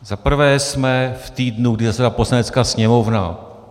Za prvé jsme v týdnu, kdy zasedá Poslanecká sněmovna.